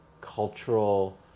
cultural